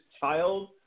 child